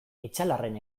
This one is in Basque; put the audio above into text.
etxalarren